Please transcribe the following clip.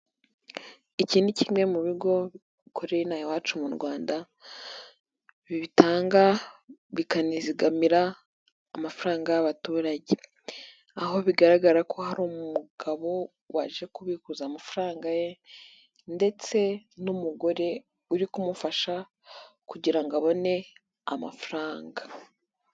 Iki ni kimwe mu bigo bikorera inaha iwacu mu rwanda, bitanga, bikanizigamira amafaranga y'abaturage. Aho bigaragara ko hari umugabo waje kubikuza amafaranga ye, ndetse n'umugore uri kumufasha kugira abone amafaranga.